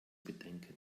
bedenken